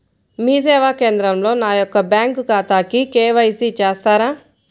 మీ సేవా కేంద్రంలో నా యొక్క బ్యాంకు ఖాతాకి కే.వై.సి చేస్తారా?